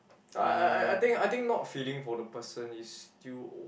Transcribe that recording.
no I I I I think I think not feeling for the person is still